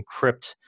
encrypt